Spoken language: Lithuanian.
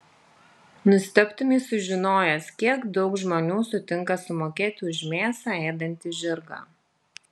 nustebtumei sužinojęs kiek daug žmonių sutinka sumokėti už mėsą ėdantį žirgą